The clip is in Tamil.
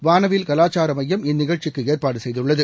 வானவில் கலாச்சார எமயம் இந்நிகழ்ச்சிக்கு ஏற்பாடு செய்துள்ளது